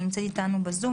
שנמצאת אתנו בזום,